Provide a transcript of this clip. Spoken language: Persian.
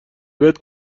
بهت